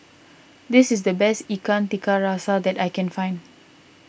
this is the best Ikan Tiga Rasa that I can find